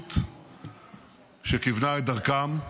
בשליחות שכיוונה את דרכם,